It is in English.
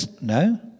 no